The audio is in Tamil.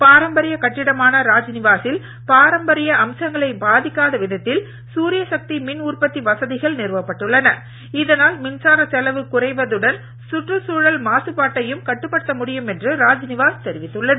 பாரம்பரிய கட்டிடமான ராஜ்நிவாசில் பாரம்பரிய அம்சங்களை பாதிக்காத விதத்தில் சூரிய சக்தி மின் உற்பத்தி வசதிகள் நிறுவப்பட்டுள்ளன இதனால் மின்சாரச் செலவு குறைவதுடன் சுற்றுச்சூழல் மாசுபாட்டையும் கட்டுப்படுத்த முடியும் என்று ராஜ்நிவாஸ் தெரிவித்துள்ளது